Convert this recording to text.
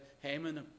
Haman